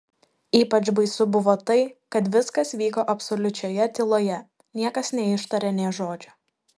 ypač baisu buvo tai kad viskas vyko absoliučioje tyloje niekas neištarė nė žodžio